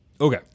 okay